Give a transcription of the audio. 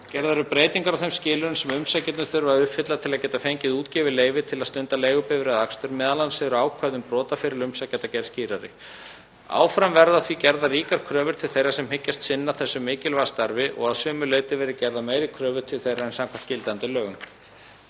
Gerðar eru breytingar á þeim skilyrðum sem umsækjendur þurfa að uppfylla til að geta fengið útgefið leyfi til að stunda leigubifreiðaakstur, m.a. eru ákvæði um brotaferil umsækjanda gerð skýrari. Áfram verða því gerðar ríkar kröfur til þeirra sem hyggjast sinna þessu mikilvæga starfi og að sumu leyti verða gerðar meiri kröfur til þeirra en samkvæmt gildandi lögum.